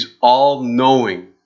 all-knowing